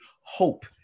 Hope